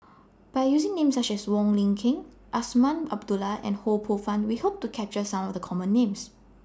By using Names such as Wong Lin Ken Azman Abdullah and Ho Poh Fun We Hope to capture Some of The Common Names